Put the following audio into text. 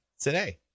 today